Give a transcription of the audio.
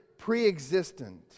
pre-existent